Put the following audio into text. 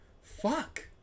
fuck